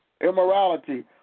immorality